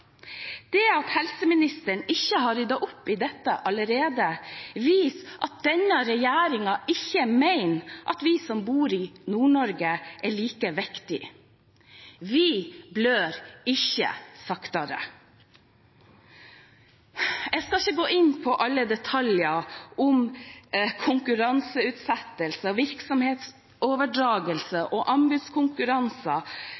Det at helseministeren ikke har ryddet opp i dette allerede, viser at denne regjeringen ikke mener at vi som bor i Nord-Norge, er like viktige. Vi blør ikke saktere. Jeg skal ikke gå inn på alle detaljer om konkurranseutsettelse,